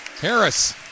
Harris